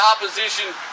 opposition